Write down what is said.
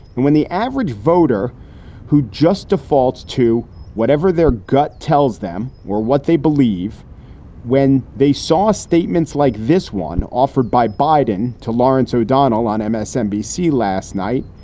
and when the average voter who just defaults to whatever their gut tells them or what they believe when they saw statements like this one offered by biden to lawrence o'donnell on msnbc last night,